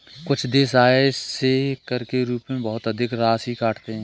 कुछ देश आय से कर के रूप में बहुत अधिक राशि काटते हैं